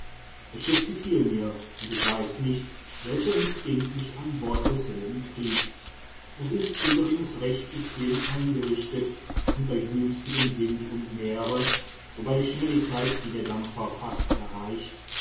das schiff gefiel mir und ich weiß nicht welcher instinct mich an bord desselben trieb es ist übrigens recht bequem eingerichtet und bei günstigem wind und meere wobei die schnelligkeit die der dampfer fast erreicht